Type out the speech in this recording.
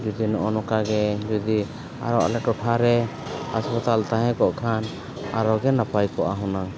ᱡᱩᱫᱤ ᱱᱚᱜᱼᱚ ᱱᱚᱝᱠᱟ ᱜᱮ ᱡᱩᱫᱤ ᱟᱨ ᱟᱞᱮ ᱴᱚᱴᱷᱟᱨᱮ ᱦᱟᱥᱯᱟᱛᱟᱞ ᱛᱟᱦᱮᱸ ᱠᱚᱜ ᱠᱷᱟᱱ ᱟᱨᱚ ᱜᱮ ᱱᱟᱯᱟᱭ ᱠᱚᱜᱼᱟ ᱦᱩᱱᱟᱹᱝ